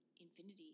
infinity